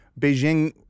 Beijing